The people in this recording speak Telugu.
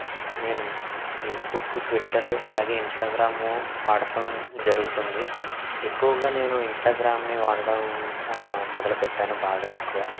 నేను ఫేస్బుక్కు ట్విట్టరు అలాగే ఇన్స్టాగ్రామూ వాడటం జరుగుతుంది ఎక్కువగా నేను ఇన్స్టాగ్రాంనే వాడడం మొదలుపెట్టాను బాగా ఎక్కువ